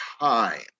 time